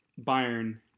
Bayern